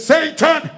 Satan